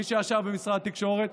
מי שישב במשרד התקשורת,